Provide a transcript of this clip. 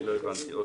לא הבנתי.